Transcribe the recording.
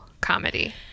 comedy